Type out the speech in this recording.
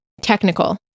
technical